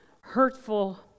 hurtful